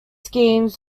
schemes